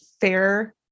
fair